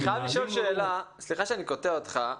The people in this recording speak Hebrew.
אני חייב לשאול שאלה, סליחה שאני קוטע אותך,